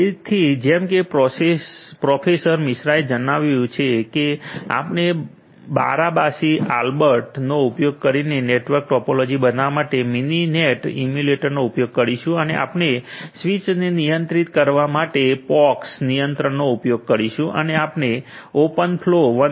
તેથી જેમ કે પ્રોફેસર મિશ્રાએ જણાવ્યું છે કે આપણે બારાબાસી આલ્બર્ટ નો ઉપયોગ કરીને નેટવર્ક ટોપોલોજી બનાવવા માટે મિનિનેટ ઇમ્યુલેટરનો ઉપયોગ કરીશું અને આપણે સ્વીચને નિયંત્રિત કરવા માટે પોક્સ નિયંત્રકનો ઉપયોગ કરીશું અને આપણે ઓપેનફલૉ 1